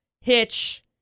hitch